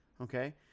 Okay